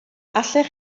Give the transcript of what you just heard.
allech